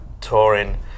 touring